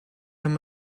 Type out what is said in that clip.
and